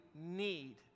need